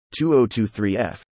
2023F